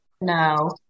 No